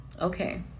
Okay